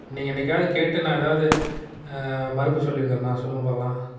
நீங்கள் என்றைக்காவது கேட்டு நான் ஏதாவது மறுப்பு சொல்லியிருக்கறேன்னா சொல்லுங்க பார்க்கலாம்